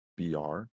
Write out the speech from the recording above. br